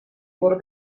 برو